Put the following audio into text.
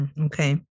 Okay